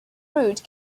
route